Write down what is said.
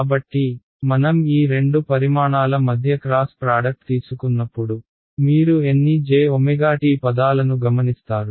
కాబట్టి మనం ఈ రెండు పరిమాణాల మధ్య క్రాస్ ప్రాడక్ట్ తీసుకున్నప్పుడు మీరు ఎన్ని jt పదాలను గమనిస్తారు